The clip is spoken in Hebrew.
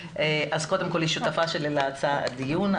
שותפה שלי להצעה לדיון.